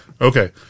Okay